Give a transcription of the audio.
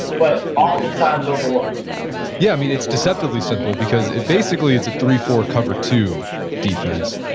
but oftentimes overlooked yeah, i mean, it's deceptively simple because basically it's a three-four cover two defense,